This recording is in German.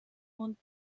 und